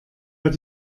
hat